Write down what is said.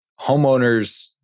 homeowners